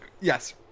Yes